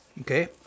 okay